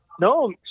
no